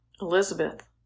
Elizabeth